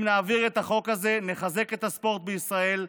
אם נעביר את החוק הזה, נחזק את הספורט בישראל.